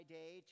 day